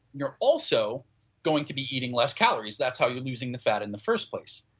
you are also going to be eating less calories that's how you losing the fat in the first place.